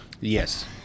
Yes